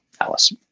alice